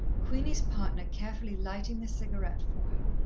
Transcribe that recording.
queenie's partner carefully lighting the cigarette for her,